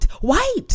White